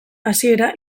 hasiera